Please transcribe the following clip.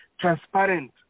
transparent